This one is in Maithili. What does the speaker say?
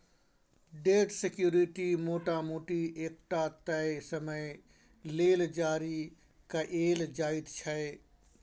डेट सिक्युरिटी मोटा मोटी एकटा तय समय लेल जारी कएल जाइत छै